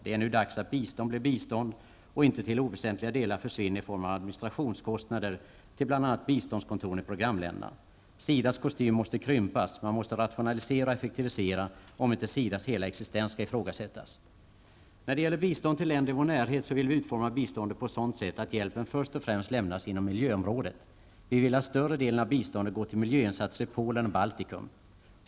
Det är nu dags att bistånd blir bistånd och inte till oväsentliga delar försvinner i form av administrationskostnader till bl.a. biståndskontoren i programländerna. SIDAs kostym måste krympas, man måste rationalisera och effektivisera om inte SIDAs hela existens skall ifrågasättas. När det gäller bistånd till länder i vår närhet vill vi utforma biståndet på ett sådant sätt att hjälpen först och främst lämnas inom miljöområdet. Vi vill att större delen av biståndet går till miljöinsatser i Polen och Baltikum.